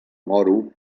moro